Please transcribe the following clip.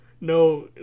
no